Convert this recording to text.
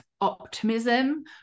optimism